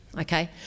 Okay